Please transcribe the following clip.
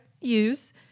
use